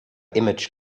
image